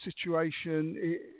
situation